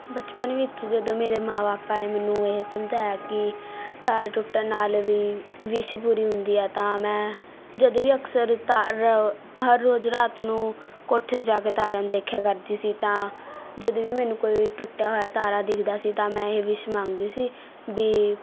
ਬਚਪਨ ਵਿੱਚ ਜਦੋਂ ਮੇਰੇ ਮਾਂ ਬਾਪਾਂ ਨੇ ਮੈਨੂੰ ਇਹ ਸਮਝਾਇਆ ਕਿ ਤਾਰੇ ਟੁੱਟਣ ਨਾਲ ਵੀ ਵਿਸ਼ ਪੂਰੀ ਹੁੰਦੀ ਆ ਤਾਂ ਮੈਂ ਜਦੋਂ ਵੀ ਅਕਸਰ ਤਾਰ ਓ ਹਰ ਰੋਜ਼ ਰਾਤ ਨੂੰ ਕੋਠੇ 'ਤੇ ਜਾ ਕੇ ਤਾਰਿਆਂ ਨੂੰ ਦੇਖਿਆ ਕਰਦੀ ਸੀ ਤਾਂ ਜਦੋਂ ਵੀ ਮੈਨੂੰ ਕੋਈ ਟੁੱਟਿਆ ਹੋਇਆ ਤਾਰਾ ਦਿਖਦਾ ਸੀ ਤਾਂ ਮੈਂ ਇਹ ਵਿਸ਼ ਮੰਗਦੀ ਸੀ ਵੀ